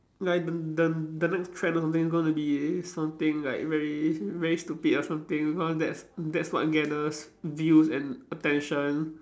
like the the the next trend or something is going to be something like very very stupid or something because that's that's what gathers views and attention